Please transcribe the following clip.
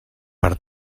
per